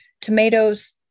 tomatoes